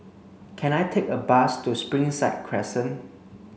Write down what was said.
can I take a bus to Springside Crescent